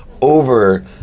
over